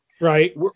Right